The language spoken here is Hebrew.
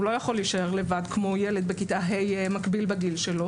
שלא יכול להישאר לבד כמו ילד בכיתה ה' מקביל בגיל שלו